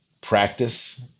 practice